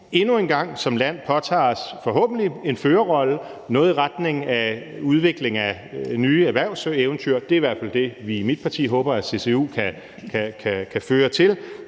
endnu en gang som land forhåbentlig påtager os en førerrolle i retning af udvikling af nye erhvervseventyr – det er i hvert fald det, vi i mit parti håber at CCU kan føre til